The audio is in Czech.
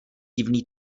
divný